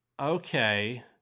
Okay